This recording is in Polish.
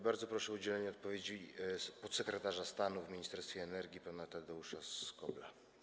Bardzo proszę o udzielenie odpowiedzi podsekretarza stanu w Ministerstwie Energii, pana Tadeusza Skobla.